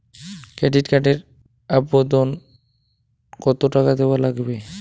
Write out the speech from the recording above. Credit card এর বাবদ কতো টাকা দেওয়া লাগবে?